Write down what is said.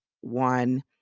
one